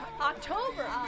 October